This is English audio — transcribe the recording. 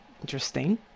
interesting